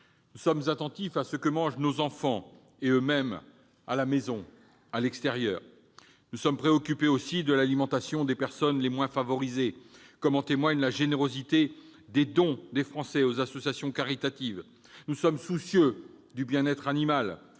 Nous sommes attentifs à ce que mangent nos enfants à la maison et à l'extérieur. Nous sommes aussi préoccupés de l'alimentation des personnes les moins favorisées, comme en témoigne la générosité des dons des Français aux associations caritatives. Nous sommes soucieux du bien-être animal.